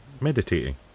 meditating